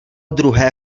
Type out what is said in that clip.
druhé